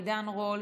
עידן רול,